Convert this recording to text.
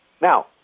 Now